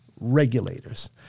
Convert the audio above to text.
regulators